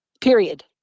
Period